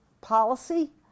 policy